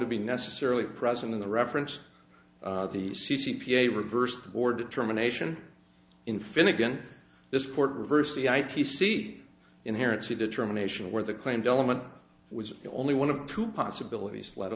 to be necessarily present in the reference the c p a reversed or determination in finnegan this court reversed the i t c inherently determination where the claimed element was only one of two possibilities let